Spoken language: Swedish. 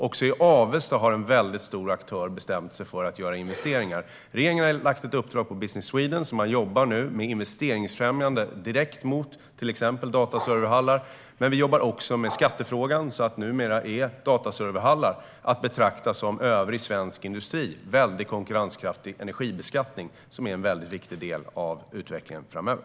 Också i Avesta har en väldigt stor aktör bestämt sig för att göra investeringar. Regeringen har lagt ett uppdrag på Business Sweden. Man jobbar nu med investeringsfrämjande direkt mot till exempel dataserverhallar. Men vi jobbar också med skattefrågan. Numera är dataserverhallar att betrakta som övrig svensk industri. En väldigt konkurrenskraftig energibeskattning är en väldigt viktig del av utvecklingen framöver.